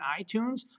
iTunes